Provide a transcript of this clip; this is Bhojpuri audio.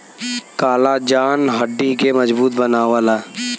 कॉलाजन हड्डी के मजबूत बनावला